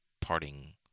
parting